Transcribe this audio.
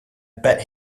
bet